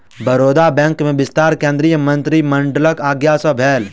Baroda bank में विस्तार केंद्रीय मंत्रिमंडलक आज्ञा सँ भेल